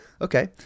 Okay